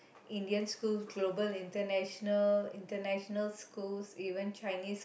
Indian school global international international school even Chinese school